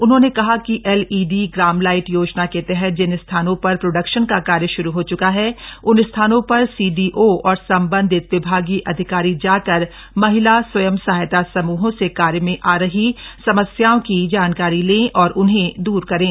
उन्होंने कहा कि एलईडी ग्राम लाईट योजना के तहत जिन स्थानों पर प्रोडक्शन का कार्य श्रू हो चुका है उन स्थानों पर सीडीओ और संबंधित विभागीय अधिकारी जाकर महिला स्वयं सहायता समूहों से कार्य में आ रही समस्याओं की जानकारी लें और उन्हें दूर करें